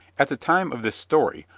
at the time of this story,